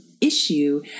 Issue